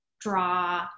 draw